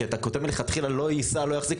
כי אתה כותב מלכתחילה - לא יישא ולא יחזיק.